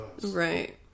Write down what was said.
Right